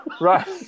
Right